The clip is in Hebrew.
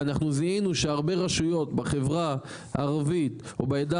ואנחנו זיהינו שהרבה רשויות בחברה הערבית ובעדה